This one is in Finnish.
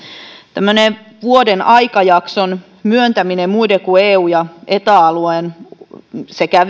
tämmöisen vuoden aikajakson myöntäminen muiden kuin eu ja eta alueelta sekä